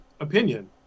opinion